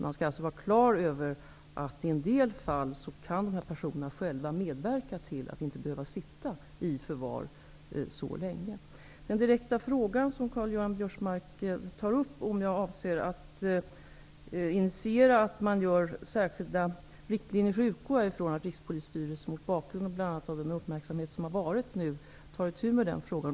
Man skall vara klar över att i en del fall kan personerna själva medverka till att inte behöva sitta i förvar så länge. Den direkta frågan Karl-Göran Biörsmark ställde gällde om jag avser att initiera ett utfärdande av särskilda riktlinjer. Jag utgår från att Rikspolisstyrelsen, mot bakgrund av denna uppmärksamhet, tar itu med den frågan.